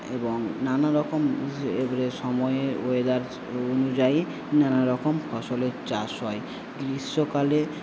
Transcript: এবং নানারকম যে সময়ে ওয়েদারস অনুযায়ী নানারকম ফসলের চাষ হয় গ্রীষ্মকালে